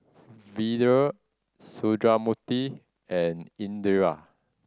Vedre Sundramoorthy and Indira